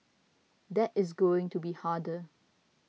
that is going to be harder